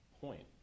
point